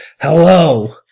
hello